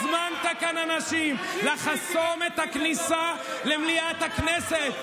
הזמנת כאן אנשים לחסום את הכניסה למליאת הכנסת.